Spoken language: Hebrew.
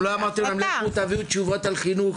אתם לא אמרתם להם לכו תביאו תשובות על חינוך,